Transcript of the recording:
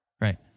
right